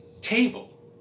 table